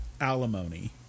alimony